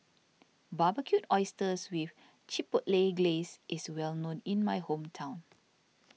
Barbecued Oysters with Chipotle Glaze is well known in my hometown